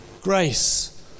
grace